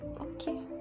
okay